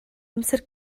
amser